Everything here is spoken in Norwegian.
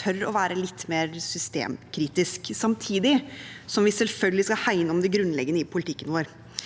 tør å være litt mer systemkritiske, samtidig som vi selvfølgelig skal hegne om det grunnleggende i politikken vår.